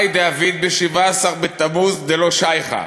מאי דעביד בי"ז בתמוז דלא שייכא,